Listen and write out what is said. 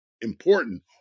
important